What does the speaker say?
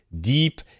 deep